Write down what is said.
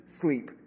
sleep